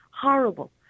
Horrible